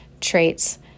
traits